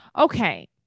Okay